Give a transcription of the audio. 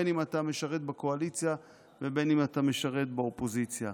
בין שאתה משרת בקואליציה ובין שאתה משרת באופוזיציה.